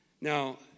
Now